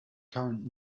current